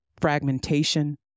fragmentation